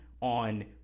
on